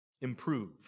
Improve